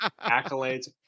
accolades